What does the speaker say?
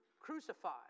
crucified